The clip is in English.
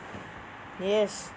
yes